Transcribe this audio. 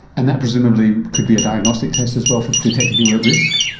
and that presumably could be a diagnostic test as well for detecting people at risk?